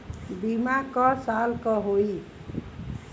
बीमा क साल क होई?